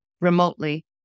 remotely